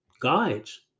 guides